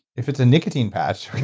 if it's a nicotine patch,